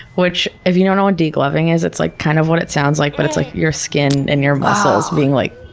which, if you don't know what degloving is, it's like kind of what it sounds like, but it's like your skin and your muscles being like